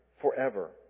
forever